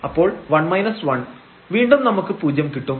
അപ്പോൾ 1 1 വീണ്ടും നമുക്ക് പൂജ്യം കിട്ടും